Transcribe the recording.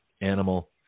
animal